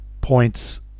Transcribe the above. points